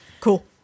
cool